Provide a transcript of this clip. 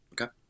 Okay